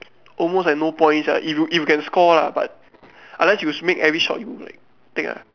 almost like no point sia if you if you can score lah but unless you make every shot you like take ah